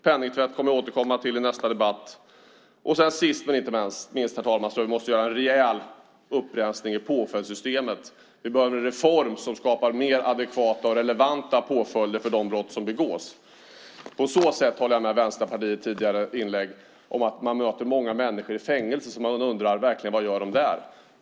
Penningtvätt återkommer jag till i nästa debatt. Sist men inte minst, herr talman, tror jag att vi måste göra en rejäl upprensning i påföljdssystemet. Vi behöver en reform som skapar mer adekvata och relevanta påföljder för de brott som begås. På så sätt håller jag med Vänsterpartiet i deras tidigare inlägg om att man möter många människor i fängelser som man undrar vad de verkligen gör där.